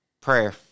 prayer